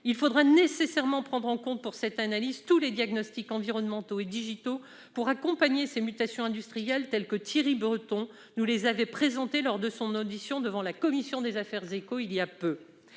Il faudra nécessairement prendre en compte, dans l'analyse, tous les diagnostics environnementaux et numériques pour accompagner ces mutations industrielles, que Thierry Breton nous avait présentées lors de son audition devant la commission des affaires économiques